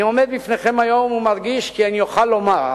אני עומד בפניכם היום ומרגיש שאני אוכל לומר